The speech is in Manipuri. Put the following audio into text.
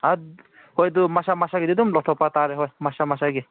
ꯍꯣꯏ ꯑꯗꯨ ꯃꯁꯥ ꯃꯁꯥꯒꯤꯗꯤ ꯑꯗꯨꯝ ꯂꯧꯊꯣꯛꯄ ꯇꯥꯔꯦ ꯍꯣꯏ ꯃꯁꯥ ꯃꯁꯥꯒꯤ